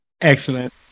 Excellent